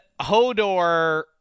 Hodor